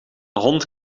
hond